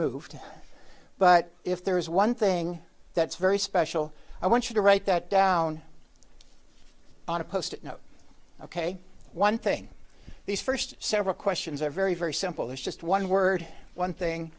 moved but if there is one thing that's very special i want you to write that down on a post ok one thing these first several questions are very very simple there's just one word one thing